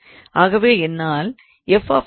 ஆகவே என்னால் 𝑓𝑥 𝑦 𝑧 𝑔𝑦 𝑧 என்று எழுதமுடியும்